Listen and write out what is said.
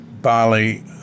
Bali